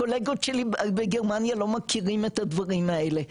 הקולגות שלי בגרמניה לא מכירים את הדברים האלה עכשיו,